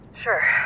Sure